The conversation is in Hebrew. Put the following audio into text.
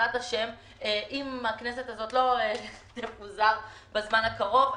אם הכנסת הזאת לא תפוזר בזמן הקרוב,